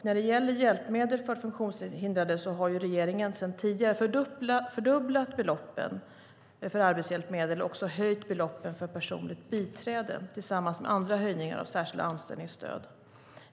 När det gäller hjälpmedel för funktionshindrade har regeringen sedan tidigare fördubblat beloppen för arbetshjälpmedel och också höjt beloppen för personligt biträde tillsammans med andra höjningar av särskilda anställningsstöd.